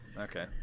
okay